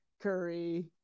Curry